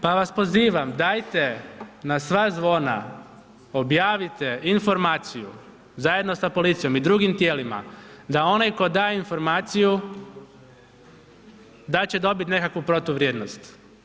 Pa vas pozivam dajte na sva zvona objavite informaciju, zajedno sa policijom i drugim tijelima da onaj tko daje informaciju da će dobiti nekakvu protuvrijednost.